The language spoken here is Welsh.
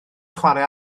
chwarae